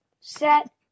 set